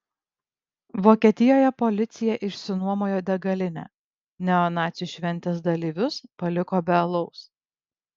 vokietijoje policija išsinuomojo degalinę neonacių šventės dalyvius paliko be alaus